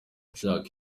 ushaka